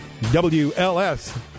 WLS